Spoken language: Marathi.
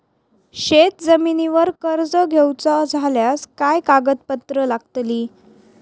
शेत जमिनीवर कर्ज घेऊचा झाल्यास काय कागदपत्र लागतली?